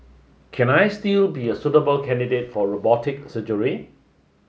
can I still be a suitable candidate for robotic surgery